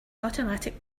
automatic